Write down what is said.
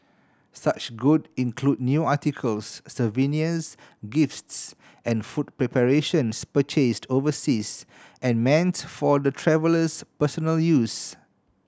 such good include new articles souvenirs gifts and food preparations purchased overseas and meant for the traveller's personal use